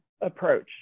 approach